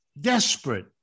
Desperate